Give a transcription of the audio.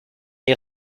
est